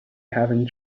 having